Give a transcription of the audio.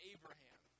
Abraham